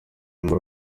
muri